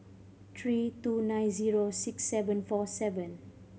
three two nine zero six seven four seven